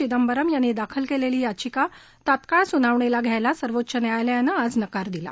चिदंबरम यांनी दाखल केलेली याचिका ताबडतोब सुनावणीला घ्यायला सर्वोच्च न्यायालयानं आज नकार दिला